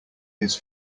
his